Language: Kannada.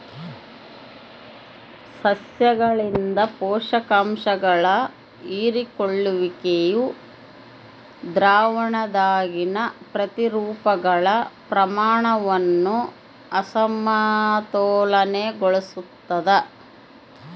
ಸಸ್ಯಗಳಿಂದ ಪೋಷಕಾಂಶಗಳ ಹೀರಿಕೊಳ್ಳುವಿಕೆಯು ದ್ರಾವಣದಾಗಿನ ಪ್ರತಿರೂಪಗಳ ಪ್ರಮಾಣವನ್ನು ಅಸಮತೋಲನಗೊಳಿಸ್ತದ